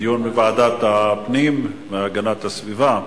דיון בוועדת הפנים והגנת הסביבה?